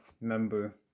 member